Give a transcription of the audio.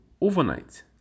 overnight